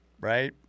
right